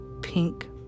pink